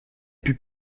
plus